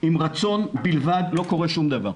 עם רצון בלבד לא קורה שום דבר.